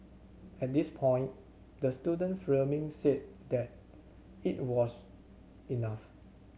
at this point the student filming said that it was enough